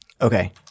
Okay